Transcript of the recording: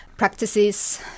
practices